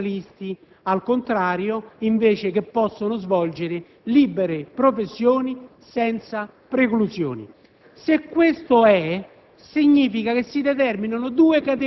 presentatori televisivi, giornalisti, che, al contrario, possono svolgere libere professioni senza preclusioni. Se questo è,